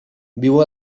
viu